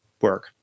work